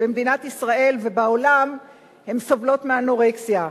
במדינת ישראל ובעולם סובלות מאנורקסיה,